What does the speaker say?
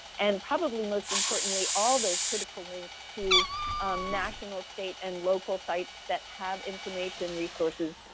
and probably most importantly all of those critical links to national, state, and local sites that have information, resources,